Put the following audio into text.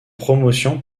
promotion